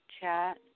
chat